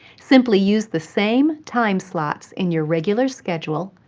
simply use the same time slots in your regular schedule,